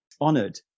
honored